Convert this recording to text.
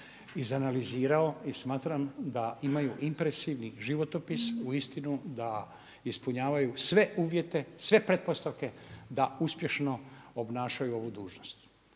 izanalizirao i smatram da imaju impresivan životopis uistinu da ispunjavaju sve uvjete, sve pretpostavke da uspješno obnašaju ovu dužnost.